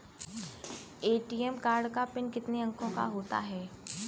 ATM card का pin कितने अंकों का होता है?